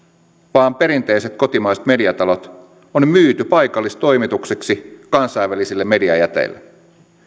vaan perinteiset kotimaiset mediatalot on myyty paikallistoimituksiksi kansainvälisille mediajäteille